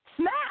Smash